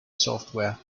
software